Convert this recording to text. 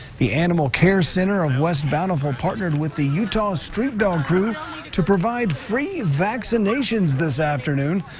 the animal care center of west bountiful partnered with the utah street dawg crew to provide free vaccination this afternoon.